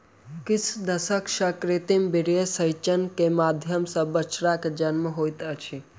किछ दशक सॅ कृत्रिम वीर्यसेचन के माध्यम सॅ बछड़ा के जन्म होइत अछि